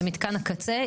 למתקן הקצה,